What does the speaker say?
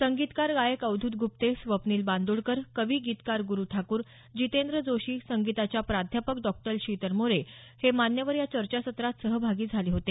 संगीतकार गायक अवधूत गुप्ते स्वप्नील बांदोडकर कवी गीतकार गुरु ठाकूर जीतेंद्र जोशी संगीताच्या प्राध्यापक डॉ शीतल मोरे हे मान्यवर या चर्चासत्रात सहभागी झाले होते